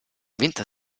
winter